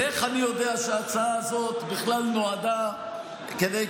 איך אני יודע שההצעה הזאת בכלל נועדה כדי,